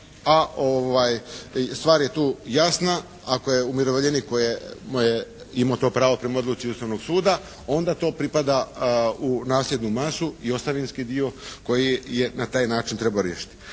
a stvar je tu jasna. Ako je umirovljenik koji je imao to pravo prema odluci Ustavnog suda onda to pripada u nasljednu masu i ostavinski dio koji na taj način treba riješiti.